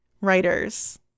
writers